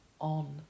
on